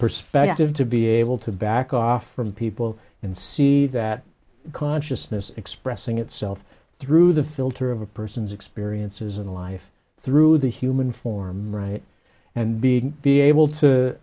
perspective to be able to back off from people and see that consciousness expressing itself through the filter of a person's experiences in life through the human form and being be able to